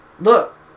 Look